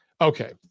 Okay